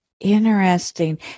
Interesting